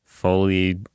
fully